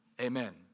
Amen